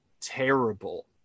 terrible